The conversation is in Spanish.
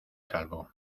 salvo